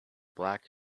black